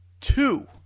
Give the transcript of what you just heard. two